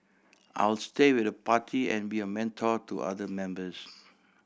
I'll stay with the party and be a mentor to other members